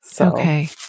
Okay